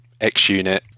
XUnit